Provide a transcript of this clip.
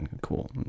cool